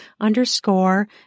underscore